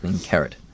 carrot